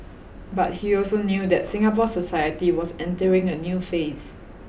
but he also knew that Singapore society was entering a new phase